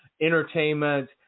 entertainment